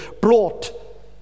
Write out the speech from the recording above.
brought